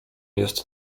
jest